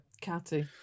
catty